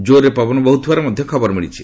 କୋରରେ ପବନ ବହୁଥିବାର ମଧ୍ୟ ଖବର ମିଳିଛି